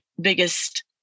biggest